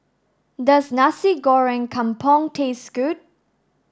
does Nasi Goreng Kampung taste good